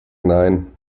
nein